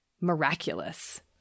miraculous